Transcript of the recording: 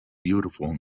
beautiful